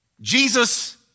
Jesus